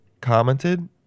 commented